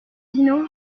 dino